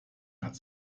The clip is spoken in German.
hat